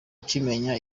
ukimenya